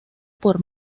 por